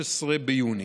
16 ביוני.